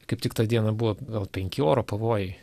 kaip tik tą dieną buvo gal penki oro pavojai